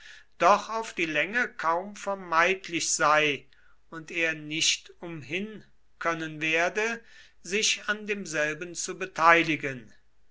doch auf die länge kaum vermeidlich sei und er nicht umhin können werde sich an demselben zu beteiligen